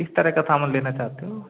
किस तरह का सामान लेना चाहते हो